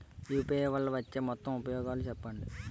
UPI వల్ల వచ్చే మొత్తం ఉపయోగాలు చెప్పండి?